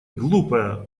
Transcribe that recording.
глупая